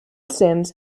sims